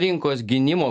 rinkos gynimo